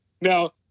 Now